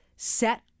set